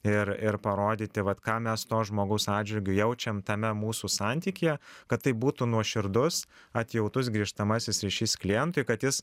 ir ir parodyti vat ką mes to žmogaus atžvilgiu jaučiam tame mūsų santykyje kad tai būtų nuoširdus atjautus grįžtamasis ryšys klientui kad jis